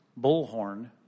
bullhorn